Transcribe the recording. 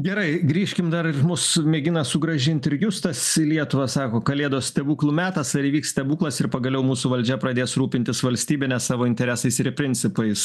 gerai grįžkim dar ir mus mėgina sugrąžinti ir justas į lietuvą sako kalėdos stebuklų metas ar įvyks stebuklas ir pagaliau mūsų valdžia pradės rūpintis valstybe ne savo interesais ir principais